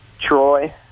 Troy